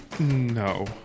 No